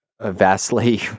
vastly